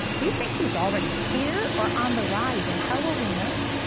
do you think he is already here or on the rise, and how will we know?